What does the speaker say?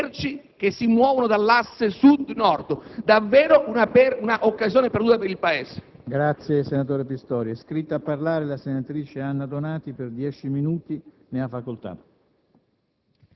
e merci che si muovono dall'asse Sud-Nord: davvero un'occasione perduta per il Paese.